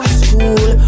school